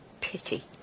Pity